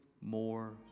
more